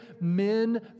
Men